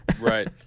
Right